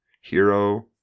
Hero